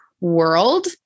world